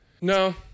No